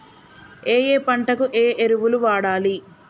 ఏయే పంటకు ఏ ఎరువులు వాడాలి?